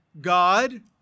God